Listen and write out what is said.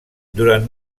durant